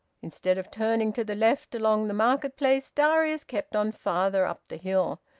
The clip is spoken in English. instead of turning to the left along the market-place, darius kept on farther up the hill,